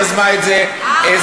יזמה את זה זהבה.